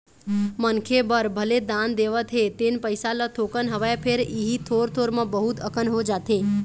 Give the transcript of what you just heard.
मनखे बर भले दान देवत हे तेन पइसा ह थोकन हवय फेर इही थोर थोर म बहुत अकन हो जाथे